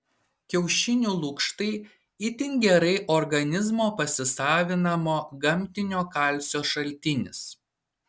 kiaušinių lukštai itin gerai organizmo pasisavinamo gamtinio kalcio šaltinis